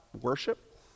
worship